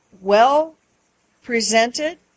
well-presented